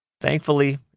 Thankfully